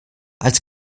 als